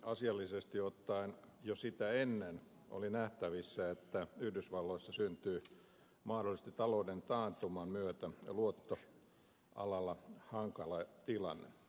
asiallisesti ottaen jo sitä ennen oli nähtävissä että yhdysvalloissa syntyy mahdollisesti talouden taantuman myötä luottoalalla hankala tilanne